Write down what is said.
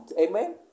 Amen